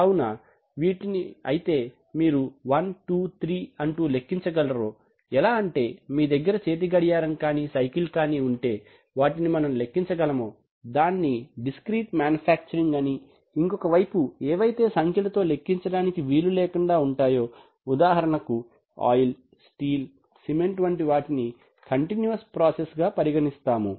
కావున వేటిని అయితే మీరు 12 3 అంటూ లెక్కించ గలరో ఎలా అంటే మీ దగ్గర చేతి గడియారం కానీ సైకిల్ కానీ ఉంటే వాటిని మనం లెక్కించ గలమో దాన్ని డిస్క్రీట్ మాన్యుఫాక్చరింగ్ అనీ ఇంకో వైపు ఏవైతే సంఖ్యలతో లెక్కించడానికి వీలు లేకుండా ఉంటాయో ఉదాహరణకు ఆయిల్ స్టీల్ సిమెంట్ వంటి వాటిని కంటిన్యూస్ ప్రాసెస్ గా పరిగణిస్తాము